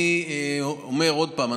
אני אומר עוד פעם.